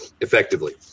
Effectively